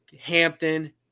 Hampton